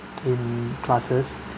in classes